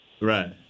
Right